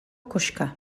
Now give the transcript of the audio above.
koxka